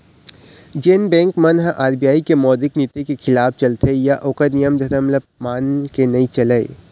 जेन बेंक मन ह आर.बी.आई के मौद्रिक नीति के खिलाफ चलथे या ओखर नियम धरम ल मान के नइ चलय